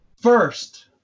First